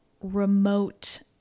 remote